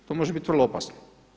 To može bit vrlo opasno.